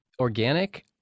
organic